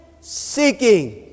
seeking